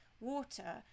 water